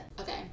okay